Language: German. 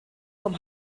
vom